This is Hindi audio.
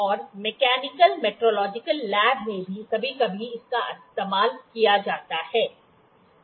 और मैकेनिकल मेट्रोलॉजिकल लैब में भी कभी कभी इसका इस्तेमाल किया जाता है